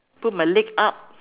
put my leg up